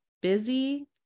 busy